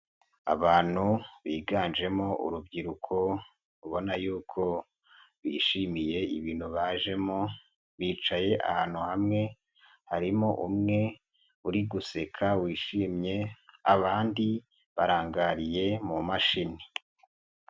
Abantu biganjemo urubyiruko ubona yuko bishimiye ibintu bajemo, bicaye ahantu hamwe, harimo umwe uri guseka wishimye abandi barangariye mu mashini.